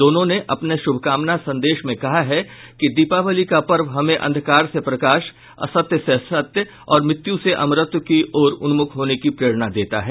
दोनों ने अपने शुभकामना संदेश में कहा है कि दीपावली का पर्व हमें अंधकार से प्रकाश असत्य से सत्य और मृत्यु से अमरत्व की ओर उन्मुख होने की प्रेरणा देता है